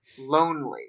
Lonely